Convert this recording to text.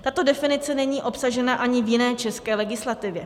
Tato definice není obsažena ani v jiné české legislativě.